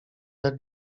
jak